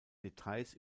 details